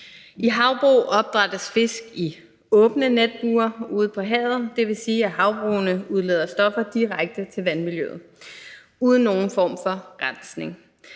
I havbrug opdrættes fisk i åbne netbure ude på havet. Det vil sige, at havbrugene udleder stoffer direkte til vandmiljøet uden nogen form for rensning.